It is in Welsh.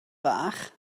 fach